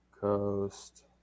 Coast